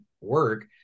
work